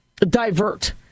divert